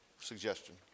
suggestion